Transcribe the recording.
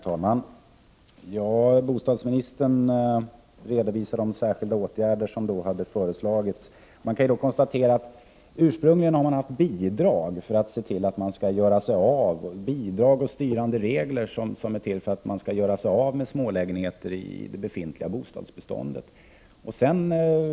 Herr talman! Bostadsministern redovisar de särskilda åtgärder som hade föreslagits. Vi kan konstatera att det ursprungligen förekom bidrag och styrande regler för att man skulle göra sig av med smålägenheter i det befintliga bostadsbeståndet.